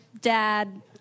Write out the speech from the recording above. dad